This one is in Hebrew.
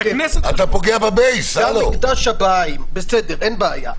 אין בעיה.